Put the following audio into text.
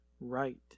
right